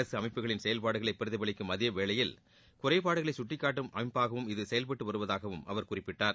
அரசு அமைப்புகளின் செயல்பாடுகளை பிரதிபலிக்கும் அதே வேளையில் குறைபாடுகளை சுட்டிக்காட்டும் அமைப்பாகவும் இது செயல்பட்டுவருவதாகவும் அவர் குறிப்பிட்டார்